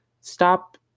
Stop